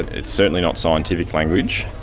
it's certainly not scientific language.